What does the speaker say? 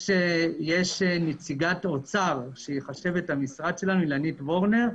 יש נציגת אוצר שהיא חשבת המשרד שלנו אילנית וורנר,